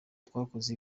twakoze